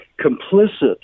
complicit